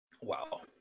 wow